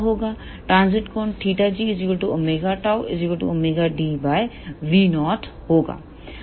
transit कोण θg⍵𝞃⍵d0 होगा